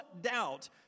doubt